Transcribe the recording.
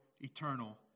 eternal